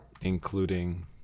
including